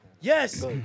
Yes